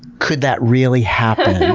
could that really happen?